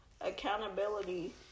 accountability